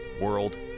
world